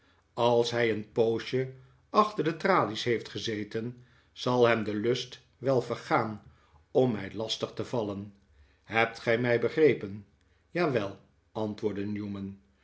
over alshij een poosje achter de tralies heeft gezeten zal hem de lust wel vergaan om mij lastig te vallen hebt gij mij begrepen jawel antwoordde newman